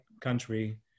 country